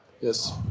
Yes